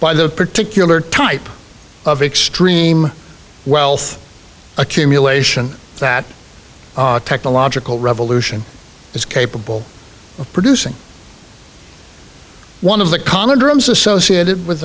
by the particular type of extreme wealth accumulation that technological revolution is capable of producing one of the common dreams associated with